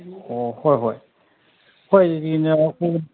ꯑꯣ ꯍꯣꯏ ꯍꯣꯏ